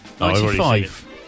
95